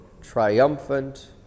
triumphant